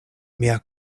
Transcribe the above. mia